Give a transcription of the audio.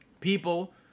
people